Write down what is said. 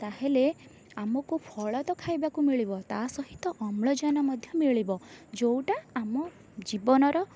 ତାହେଲେ ଆମକୁ ଫଳ ତ ଖାଇବାକୁ ମିଳିବ ତା ସହିତ ଅମ୍ଳଜାନ ମଧ୍ୟ ମିଳିବ ଯେଉଁଟା ଆମ ଜୀବନର